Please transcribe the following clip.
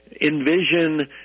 envision